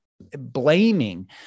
blaming